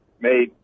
made